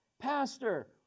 Pastor